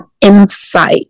insight